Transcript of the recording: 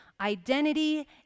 Identity